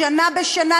שנה בשנה,